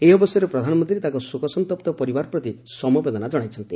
ଏହି ଅବସରରେ ପ୍ରଧାନମନ୍ତ୍ରୀ ତାଙ୍କ ଶୋକସନ୍ତପ୍ତ ପରିବାର ପ୍ରତି ସମବେଦନା ଜଣାଇଛନ୍ତି